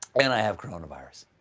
and i have coronavirus.